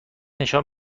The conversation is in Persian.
نشان